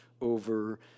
over